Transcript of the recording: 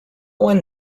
one